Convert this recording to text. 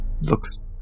looks